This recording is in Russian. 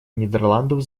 нидерландов